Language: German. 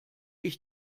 ich